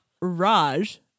Raj